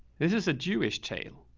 this is a jewish tale.